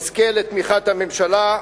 יזכה לתמיכת הממשלה,